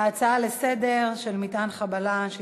ההצעה להעביר את הנושא לוועדת החוץ והביטחון נתקבלה.